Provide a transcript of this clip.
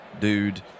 dude